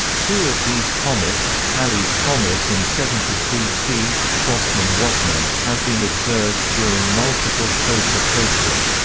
two of these comets, halley's comet and seventy three p schwassmann-wachmann, have been observed during multiple close approaches.